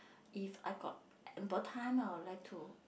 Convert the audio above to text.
if I got ample time I will like to